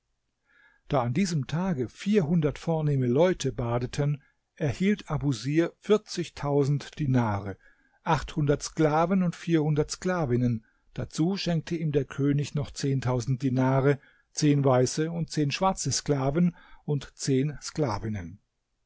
da an diesem tage vierhundert vornehme leute badeten erhielt abusir vierzigtausend dinare achtundert sklaven und vierhundert sklavinnen dazu schenkte ihm der könig noch zehntausend dinare zehn weiße und zehn schwarze sklaven und zehn sklavinnen